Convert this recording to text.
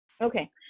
Okay